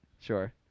Sure